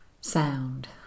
sound